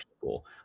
people